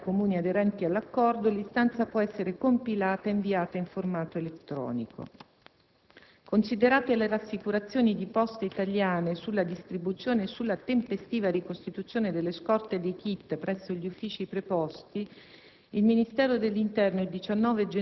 di questa possibile alternativa), presso i quali l'istanza può essere compilata e inviata in formato elettronico. Considerate le rassicurazioni di Poste Italiane sulla distribuzione e sulla tempestiva ricostituzione delle scorte dei *kit* presso gli uffici preposti,